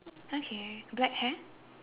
okay black hair